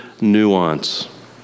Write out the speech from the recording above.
nuance